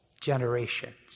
generations